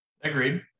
Agreed